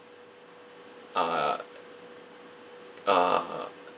uh uh